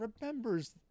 remembers